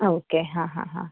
ആ ഓക്കെ ഹ ഹ ഹ